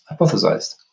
hypothesized